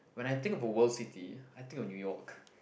when I think of a world city I think of New York